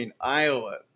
Iowa